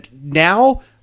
now